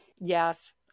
Yes